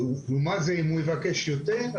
ומה אם הוא יבקש יותר,